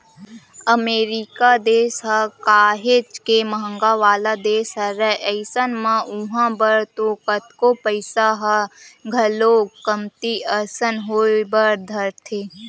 अमरीका देस ह काहेच के महंगा वाला देस हरय अइसन म उहाँ बर तो कतको पइसा ह घलोक कमती असन होय बर धरथे